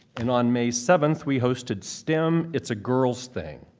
and on may seventh we hosted stem it's a girl thing,